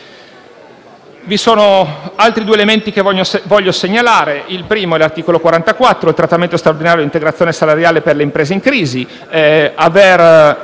Vi sono altri due elementi che voglio segnalare. Il primo concerne l’articolo 44, sul trattamento straordinario integrazione salariale per le imprese in crisi.